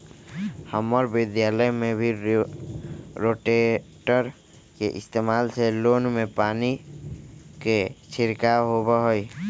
हम्मर विद्यालय में भी रोटेटर के इस्तेमाल से लोन में पानी के छिड़काव होबा हई